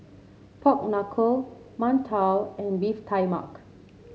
Pork Knuckle mantou and beef tai mak